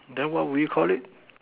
then what will you Call it